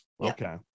Okay